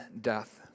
death